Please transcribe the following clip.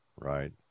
Right